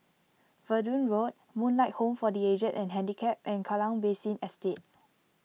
Verdun Road Moonlight Home for the Aged and Handicapped and Kallang Basin Estate